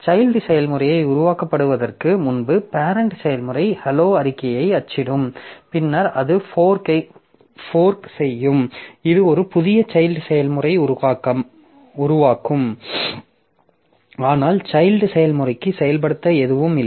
child செயல்முறை உருவாக்கப்படுவதற்கு முன்பு பேரெண்ட் செயல்முறை hello அறிக்கையை அச்சிடும் பின்னர் அது ஃபோர்க் செய்யும் இது ஒரு புதிய சைல்ட் செயல்முறையை உருவாக்கும் ஆனால் சைல்ட் செயல்முறைக்கு செயல்படுத்த எதுவும் இல்லை